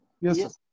Yes